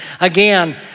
Again